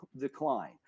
decline